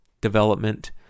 development